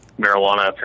marijuana